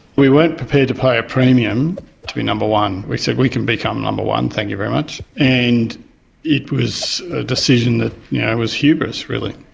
we weren't prepared to pay a premium to be number one. we said, we can become number one, thank you very much. and it was a decision that yeah was hubris, really.